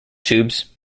tubes